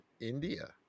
India